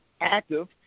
active